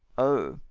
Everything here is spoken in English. o,